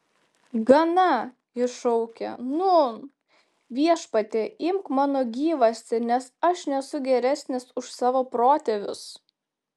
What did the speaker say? gana jis šaukė nūn viešpatie imk mano gyvastį nes aš nesu geresnis už savo protėvius